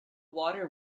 water